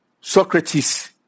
socrates